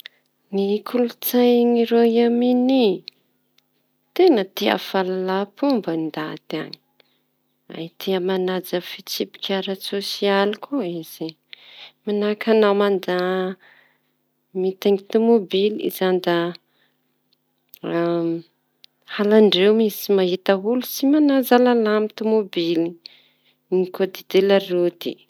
Ny kolontsai Roaôm-iny, teña tia fahalalampomba ny ndaty any, tia manaja fitsipiky ara-tsosialy. Koa izy manahaka añao ma da mitaingina tomobily iñy izañy da halandreo mihitsy mahita olo tsy manaja lalana ami tomobily, ny kôdy d la roty.